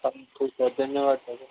हा ठीकु आहे धन्यवादु दादा